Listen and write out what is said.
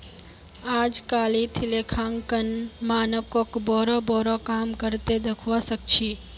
अजकालित लेखांकन मानकक बोरो बोरो काम कर त दखवा सख छि